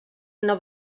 una